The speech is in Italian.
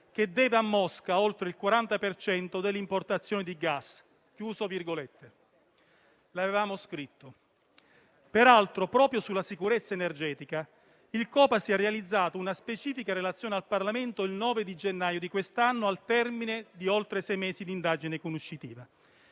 che deve a Mosca oltre il 40 per cento delle importazioni» di gas. L'avevamo scritto. Peraltro, proprio sulla sicurezza energetica il Copasir ha realizzato una specifica relazione al Parlamento il 9 gennaio di quest'anno, al termine di oltre sei mesi di indagine conoscitiva.